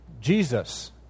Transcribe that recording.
Jesus